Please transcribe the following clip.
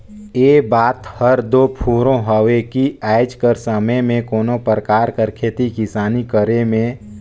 ए बात हर दो फुरों हवे कि आएज कर समे में कोनो परकार कर खेती किसानी करे में